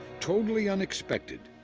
totally unexpected,